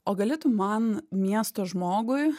o gali tu man miesto žmogui